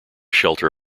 shelter